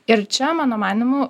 ir čia mano manymu